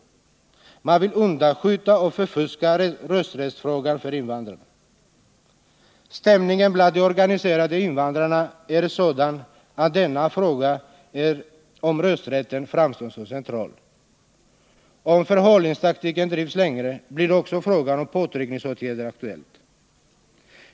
Man vill undanskjuta och förfuska rösträttsfrågan för invandrarna. Stämningen bland de organiserade invandrarna är sådan, att denna fråga om rösträtten framstår som central. Om förhalningstaktiken drivs längre, blir också frågan om påtryckningsåtgärder aktuell.